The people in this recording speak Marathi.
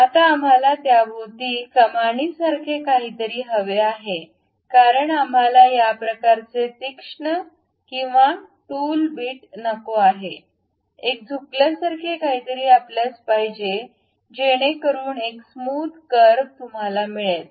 आता आम्हाला त्याभोवती कमानीसारखे काहीतरी हवे आहे कारण आम्हाला या प्रकारचे तीक्ष्ण किंवा टूल बिट नको आहे एक झुकल्यासारखे काहीतरी आपल्यास पाहिजे जेणेकरून एक स्मूद कर्व तुम्हाला मिळेल